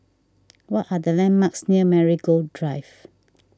what are the landmarks near Marigold Drive